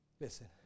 listen